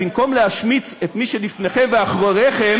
במקום להשמיץ את מי שלפניכם ואחריכם,